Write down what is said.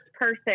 person